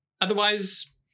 Otherwise